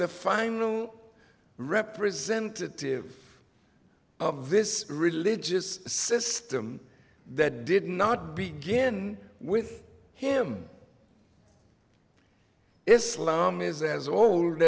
the final representative of this religious system that did not begin with him islam is as old